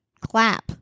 clap